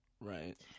Right